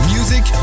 Music